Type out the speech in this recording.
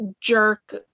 jerk